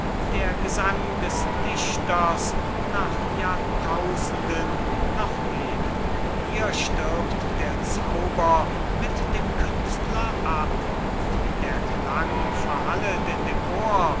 der gesang des dichters nach jahrtausenden noch leben hier stirbt der zauber mit dem künstler ab und wie der klang verhallet in dem ohr